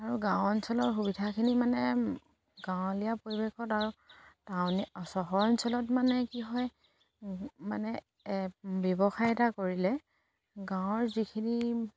আৰু গাঁও অঞ্চলৰ সুবিধাখিনি মানে গাঁৱলীয়া পৰিৱেশত আৰু টাউনীয়া চহৰ অঞ্চলত মানে কি হয় মানে ব্যৱসায় এটা কৰিলে গাঁৱৰ যিখিনি